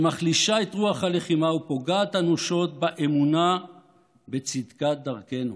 שמחלישה את רוח הלחימה ופוגעת אנושות באמונה בצדקת דרכנו.